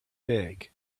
big